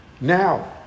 Now